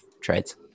trades